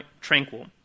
tranquil